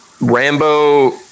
rambo